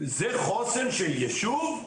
זה חוסן של יישוב?